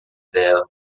dela